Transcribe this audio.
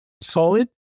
solid